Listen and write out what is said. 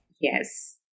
Yes